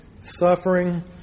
suffering